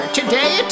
today